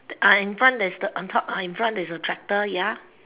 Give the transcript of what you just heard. uh in front there's the on top ah in front there's a tractor ya